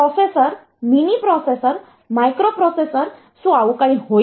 processor mini processor microprocessor શું આવું હોઈ શકે